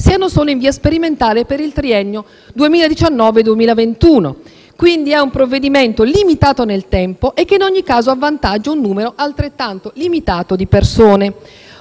siano solo in via sperimentale e per il triennio 2019-2021. Quindi, è un provvedimento limitato nel tempo e che, in ogni caso, avvantaggia un numero altrettanto limitato di persone.